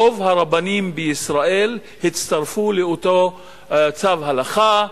רוב הרבנים בישראל הצטרפו לאותו צו הלכה,